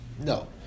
no